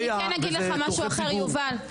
אני אגיד לך משהו יובל,